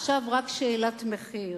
ועכשיו יש רק שאלת מחיר.